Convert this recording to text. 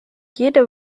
jede